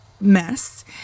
mess